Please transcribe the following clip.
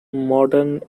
modern